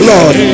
Lord